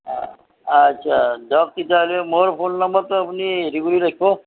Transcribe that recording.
অঁ আচ্ছা দিয়ক তেতিয়াহ'লে মোৰ নম্বৰটো আপুনি হেৰি কৰি ৰাখিব